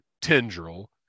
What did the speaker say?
tendril